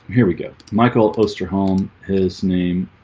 here we go michael post your home his name